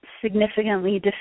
significantly